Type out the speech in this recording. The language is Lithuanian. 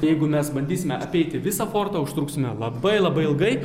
jeigu mes bandysime apeiti visą fortą užtruksime labai labai ilgai